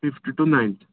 fifth to ninth